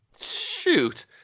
Shoot